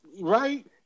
Right